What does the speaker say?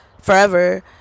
forever